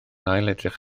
ailedrych